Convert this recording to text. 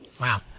Wow